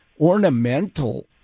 ornamental